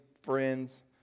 friends